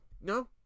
No